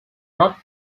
not